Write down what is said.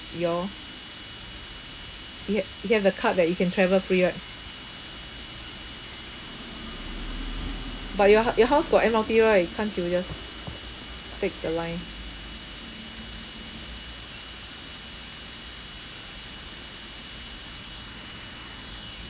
you all you ha~ you have the card that you can travel free right but your h~ your house got M_R_T right can't you just take the line